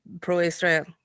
pro-Israel